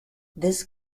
this